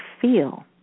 feel